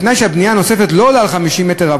בתנאי שהבנייה הנוספת לא עולה על 50 מ"ר,